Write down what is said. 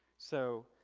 so